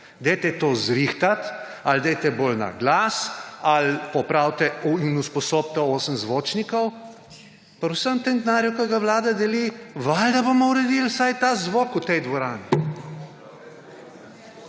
Dajte to urediti, ali dajte bolj na glas ali popravite in usposobite osem zvočnikov. Pri vsem tem denarju, ki ga Vlada deli, bomo valjda uredili vsaj ta zvok v tej dvorani.